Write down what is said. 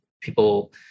people